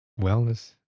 wellness